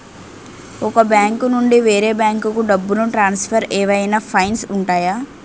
ఒక బ్యాంకు నుండి వేరే బ్యాంకుకు డబ్బును ట్రాన్సఫర్ ఏవైనా ఫైన్స్ ఉంటాయా?